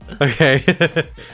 Okay